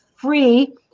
free